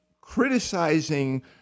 criticizing